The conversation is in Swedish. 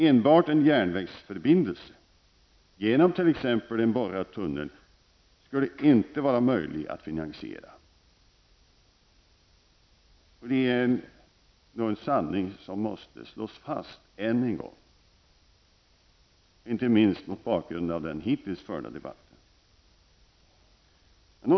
Enbart en järnvägsförbindelse genom t.ex. en borrad tunnel skulle inte vara möjlig att finansiera. Det är en sanning som måste slås fast än en gång, inte minst mot bakgrund av den hittills förda debatten.